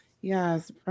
Yes